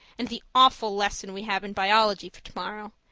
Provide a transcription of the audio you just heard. and the awful lesson we have in biology for tomorrow,